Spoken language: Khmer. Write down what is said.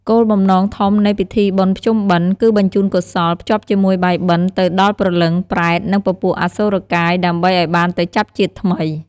គោលបំណងធំនៃពិធីបុណ្យភ្ជុំបិណ្ឌ គឺបញ្ជូនកុសល ភ្ជាប់ជាមួយបាយបិណ្ឌទៅដល់ព្រលឹង ប្រេត និងពពួកអសុរកាយ ដើម្បីឲ្យបានទៅចាប់ជាតិថ្មី។